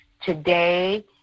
today